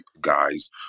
guys